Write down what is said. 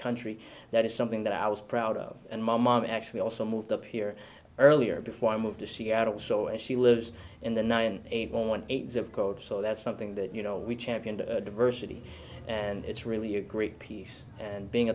country that is something that i was proud of and my mom actually also moved up here earlier before i moved to seattle so and she lives in the nine eight one eight goat so that's something that you know we championed diversity and it's really a great piece and being